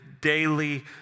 daily